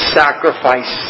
sacrifice